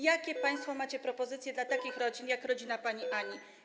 Jakie państwo macie propozycje dla takich rodzin jak rodzina pani Ani?